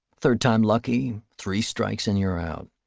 third time lucky, three strikes and you're out.